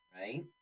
right